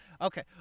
Okay